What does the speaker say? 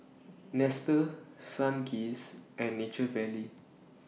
Nestle Sunkist and Nature Valley